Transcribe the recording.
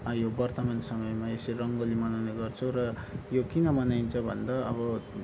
यो वर्तमान समयमा यसरी रङ्गोली मनाउने गर्छु र यो किन मनाइन्छ भन्दा अब